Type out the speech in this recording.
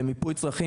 למיפוי צרכים,